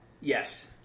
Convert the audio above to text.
Yes